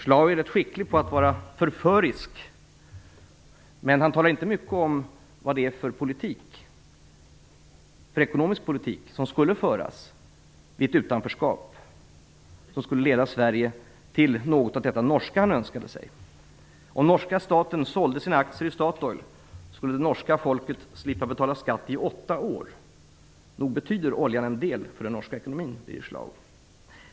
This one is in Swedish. Schlaug är rätt skicklig på att vara förförisk, men han talar inte mycket om vad det är för ekonomisk politik som skulle föras vid ett utanförskap, som skulle leda Sverige till något av detta norska som han önskade sig. Om norska staten sålde sina aktier i Statoil, skulle det norska folket slippa att betala skatt i åtta år. Nog betyder oljan en del för den norska ekonomin, Birger Schlaug.